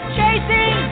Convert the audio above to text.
chasing